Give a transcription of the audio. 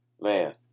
man